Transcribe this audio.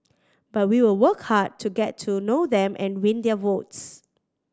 but we will work hard to get to know them and win their votes